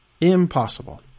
impossible